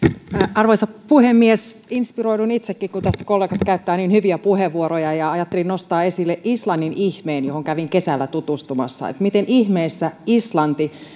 arvoisa puhemies inspiroiduin itsekin kun tässä kollegat käyttävät niin hyviä puheenvuoroja ja ajattelin nostaa esille islannin ihmeen johon kävin kesällä tutustumassa mitä ihmeessä islanti